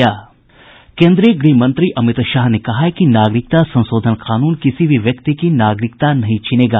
केन्द्रीय गृह मंत्री अमित शाह ने कहा है कि नागरिकता संशोधन कानून किसी भी व्यक्ति की नागरिकता नहीं छीनेगा